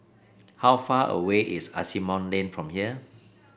how far away is Asimont Lane from here